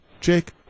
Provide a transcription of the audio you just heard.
Jake